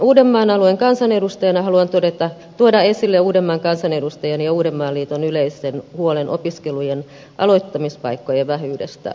uudenmaan alueen kansanedustajana haluan tuoda esille uudenmaan kansanedustajien ja uudenmaan liiton yleisen huolen opiskelujen aloittamispaikkojen vähyydestä uudenmaan alueella